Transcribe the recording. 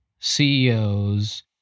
CEOs